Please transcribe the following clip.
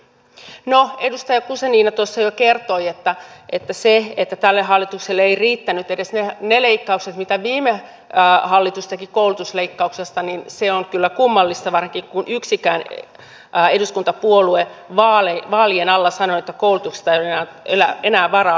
no edustaja guzenina tuossa jo kertoi että se että tälle hallitukselle eivät riittäneet edes ne leikkaukset mitä viime hallitus teki koulutusleikkauksia niin se on kyllä kummallista varsinkin kun yksikään eduskuntapuolue ei vaalien alla sanonut että koulutuksesta on vara leikata